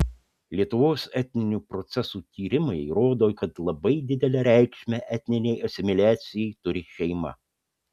lietuvos etninių procesų tyrimai rodo kad labai didelę reikšmę etninei asimiliacijai turi šeima